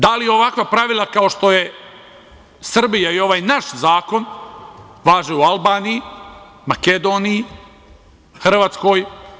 Da li ovakva pravila kao što je u Srbiji i ovaj naš zakon važe u Albaniji, Makedoniji, Hrvatskoj?